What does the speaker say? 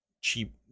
cheap